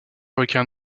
fabriquer